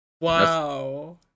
Wow